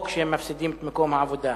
או כשהם מפסידים את מקום העבודה